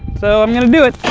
so i'm going to do it.